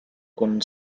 kun